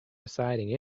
deciding